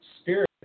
spirit